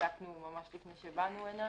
בדקנו ממש לפני שבאנו לכאן.